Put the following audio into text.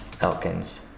Elkins